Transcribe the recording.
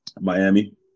Miami